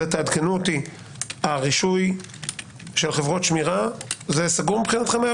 הרישוי של חברות שמירה סגור מבחינתכם?